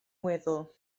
weddw